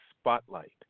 Spotlight